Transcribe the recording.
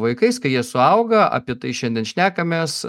vaikais kai jie suauga apie tai šiandien šnekamės